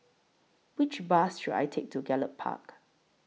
Which Bus should I Take to Gallop Park